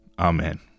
Amen